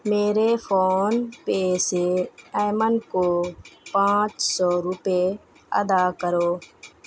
میرے PhonePe سے ایمن کو پانچ سو روپئے ادا کرو